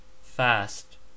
Fast